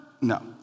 No